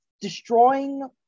destroying